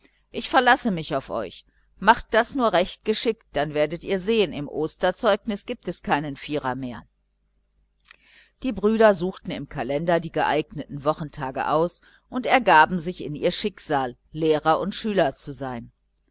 ich verlasse mich auf euch macht das nur recht geschickt dann werdet ihr sehen im osterzeugnis gibt es keinen vierer mehr die brüder nahmen den kalender her suchten die geeigneten wochentage aus und ergaben sich in ihr schicksal lehrer und schüler zu sein